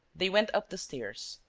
they went up the stairs.